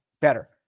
better